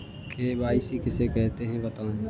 KYC किसे कहते हैं बताएँ?